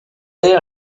air